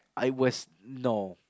I was no